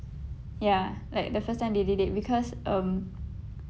ya like the first time they did it because um